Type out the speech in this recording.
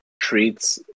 treats